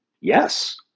yes